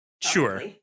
Sure